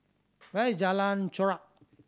where is Jalan Chorak